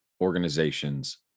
organizations